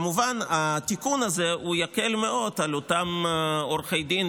כמובן שהתיקון הזה יקל מאוד על אותם עורכי דין